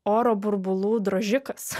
oro burbulų drožikas